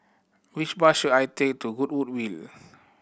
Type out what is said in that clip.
which bus should I take to Goodwood We